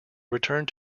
returned